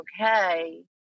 okay